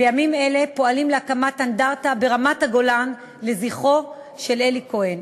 בימים אלה פועלים להקמת אנדרטה ברמת-הגולן לזכרו של אלי כהן,